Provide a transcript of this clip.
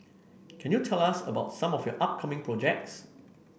can you tell us about some of your upcoming projects